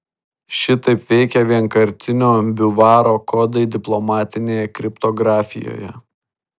šitaip veikia vienkartinio biuvaro kodai diplomatinėje kriptografijoje